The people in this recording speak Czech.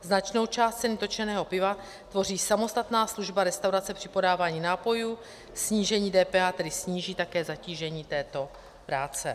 Značnou část cen točeného piva tvoří samostatná služba restaurace při podávání nápojů, snížení DPH tedy sníží také zatížení této práce.